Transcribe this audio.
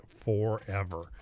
forever